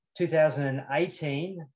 2018